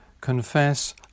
confess